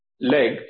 leg